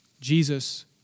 Jesus